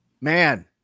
man